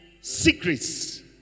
secrets